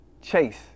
Chase